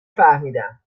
فهمیدم